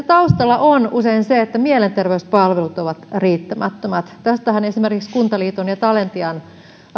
taustalla on usein se että mielenterveyspalvelut ovat riittämättömät tästähän esimerkiksi kuntaliiton ja talentian